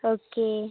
okay